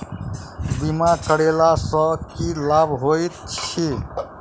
बीमा करैला सअ की लाभ होइत छी?